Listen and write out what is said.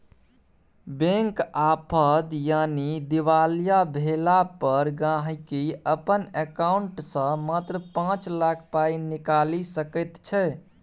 bank आफद यानी दिवालिया भेला पर गांहिकी अपन एकांउंट सँ मात्र पाँच लाख पाइ निकालि सकैत छै